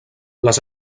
les